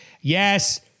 Yes